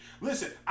Listen